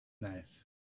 Nice